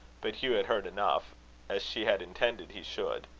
but hugh had heard enough as she had intended he should.